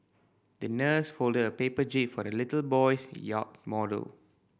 the nurse folded a paper jib for the little boy's yacht model